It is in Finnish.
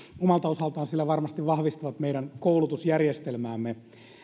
omalta osaltaan sillä varmasti vahvistavat meidän koulutusjärjestelmäämme